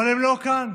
אבל הם לא כאן,